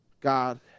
God